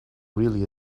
really